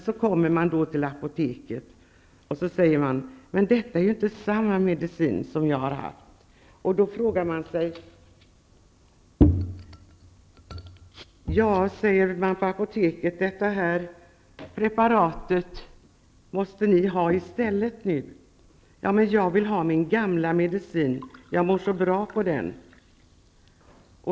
Så kommer patienten till apoteket, och säger där: ''Men detta är ju inte samma medicin som jag har haft.'' På apoteket säger man: ''Ja, det här preparatet måste ni nu ha i stället.'' Patienten säger: ''Men jag vill ha min gamla medicin, jag mår så bra av den.''